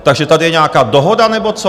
Takže tady je nějaká dohoda nebo co?